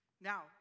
Now